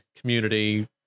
community